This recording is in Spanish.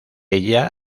ella